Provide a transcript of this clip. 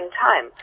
time